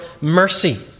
mercy